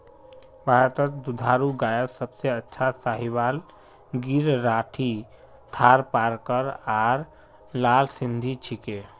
भारतत दुधारू गायत सबसे अच्छा साहीवाल गिर राठी थारपारकर आर लाल सिंधी छिके